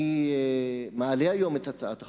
אני מעלה היום את הצעת החוק.